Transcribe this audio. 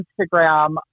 Instagram